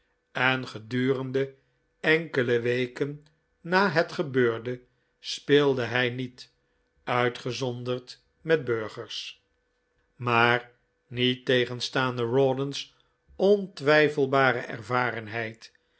en gedurende enkele weken na het gebeurde speelde hij niet uitgezonderd met burgers maar niettegenstaande rawdon's ontwijfelbare ervarenheid